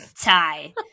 tie